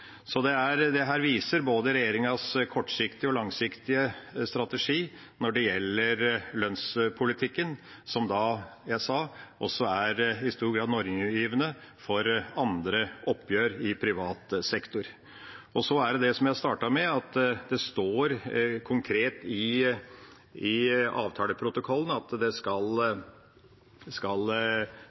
viser både regjeringas kortsiktige og langsiktige strategi når det gjelder lønnspolitikken, som jeg sa også i stor grad er normgivende for andre oppgjør i privat sektor. Når det gjelder det jeg startet med, at det står konkret i avtaleprotokollen at det skal